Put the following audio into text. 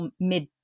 mid